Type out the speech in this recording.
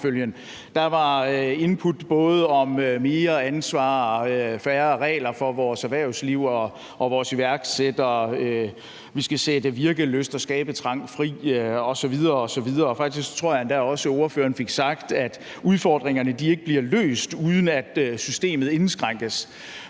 Der var både input om mere ansvar og færre regler for vores erhvervsliv og vores iværksættere og noget om, at vi skal sætte virkelyst og skabertrang fri osv. osv. Faktisk tror jeg endda også, at ordføreren fik sagt, at udfordringerne ikke bliver løst, uden systemet indskrænkes.